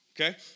Okay